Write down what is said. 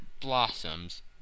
blossoms